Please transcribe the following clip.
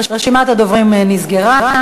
רשימת הדוברים נסגרה.